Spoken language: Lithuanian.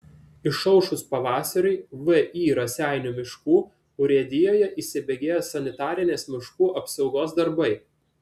išaušus pavasariui vį raseinių miškų urėdijoje įsibėgėja sanitarinės miškų apsaugos darbai